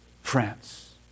France